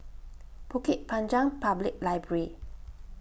Bukit Panjang Public Library